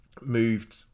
moved